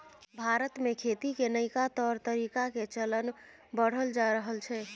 भारत में खेती के नइका तौर तरीका के चलन बढ़ल जा रहल छइ